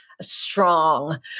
strong